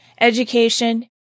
education